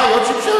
אה, היא אות שמשית.